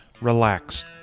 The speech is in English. relax